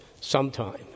sometime